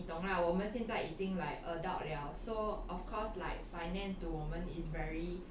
你懂 lah 我们现在已经 like adult 了 so of course like finance to 我们 is very